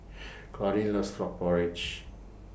Claudine loves Frog Porridge